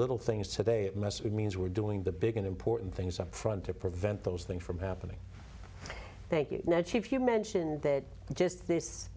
little things so they are less it means we're doing the big and important things up front to prevent those things from happening thank you now if you mentioned that just this